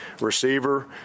Receiver